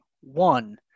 One